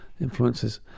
influences